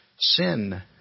sin